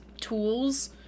tools